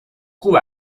خوب